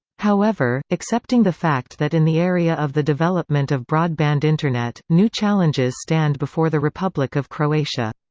however, accepting the fact that in the area of the development of broadband internet, new challenges stand before the republic of croatia.